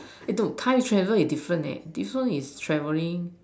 eh no time travel is different leh this one is traveling